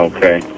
Okay